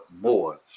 more